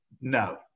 No